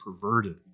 perverted